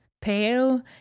pale